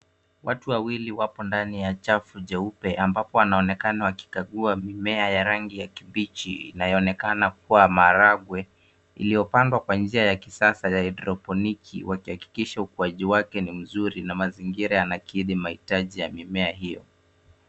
Watu wawili wapo ndani ya chafu jeupe ambapo wanaonekana wakikagua mimea ya rangi ya kibichi inayoonekana kuwa maharagwe iliyopandwa kwa njia ya kisasa ya haidroponiki wakihakikisha ukuaji wake ni mzuri na mazingira yanakidhi mahitaji ya mimea hiyo.